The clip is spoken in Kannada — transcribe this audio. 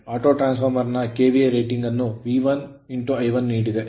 ಆಟೋ ಟ್ರಾನ್ಸ್ ಫಾರ್ಮರ್ ನ KVA ರೇಟಿಂಗ್ ಅನ್ನು V1 I1ನೀಡಿದೆ